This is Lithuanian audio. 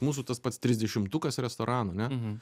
mūsų tas pats trisdešimtukas restoranų ane